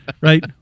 right